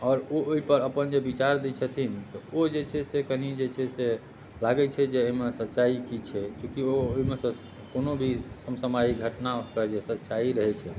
आओर ओ ओहिपर जे अपन विचार दै छथिन तऽ ओ जे छै से कनि जे छै से लागै छै जे एहिमे सच्चाइ की छै चूँकि ओ ओहिमेसँ कोनो भी सम सामयिक घटनाके जे सच्चाइ रहै छै